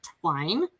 twine